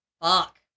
Fuck